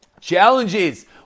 challenges